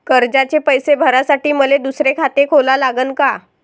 कर्जाचे पैसे भरासाठी मले दुसरे खाते खोला लागन का?